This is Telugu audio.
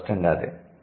స్పష్టంగా అదే